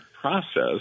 process